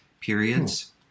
periods